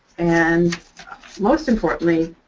and most importantly,